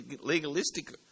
legalistic